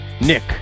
Nick